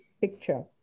picture